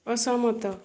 ଅସହମତ